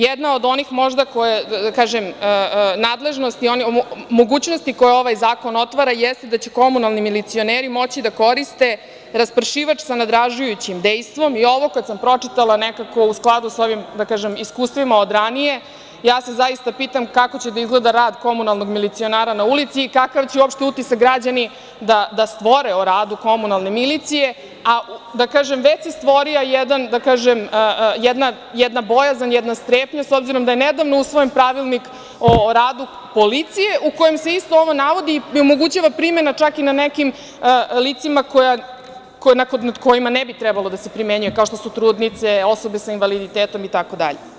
Jedna od mogućnosti koju ovaj zakon otvara jeste da će komunalni milicioneri moći da koriste raspršivač sa nadražujućim dejstvom i ovo kad sam pročitala nekako u skladu sa ovim iskustvima od ranije, ja se zaista pitam kako će da izgleda rad komunalnog milicionara na ulici i kakav će uopšte utisak građani da stvore o radu komunalne milicije, a već se stvorila jedna bojazan, jedna strepnja s obzirom da je nedavno usvojen pravilnik o radu policije u kojem se isto ovo navodi i omogućava primena čak i na nekim licima nad kojima ne bi trebalo da se primenjuje, kao što su trudnice, osobe sa invaliditetom itd.